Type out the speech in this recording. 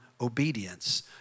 obedience